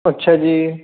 ਅੱਛਾ ਜੀ